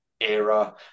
era